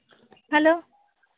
hello